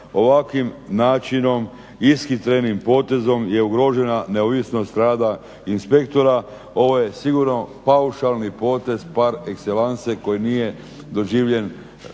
ovakvim načinom, ishitrenim potezom je ugrožena neovisnost rada inspektora, ovo je sigurno paušalni potez par exellence koji nije doživljen